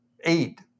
eight